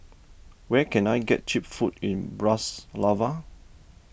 where can I get Cheap Food in Bratislava